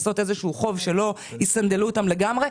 כדי לכסות איזה שהוא חוב שלא יסנדל אותם לגמרי,